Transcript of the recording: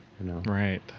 Right